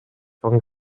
von